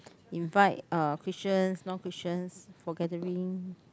invite uh Christians non Christians for gathering